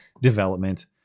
development